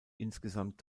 insgesamt